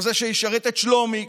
כזה שישרת את שלומי,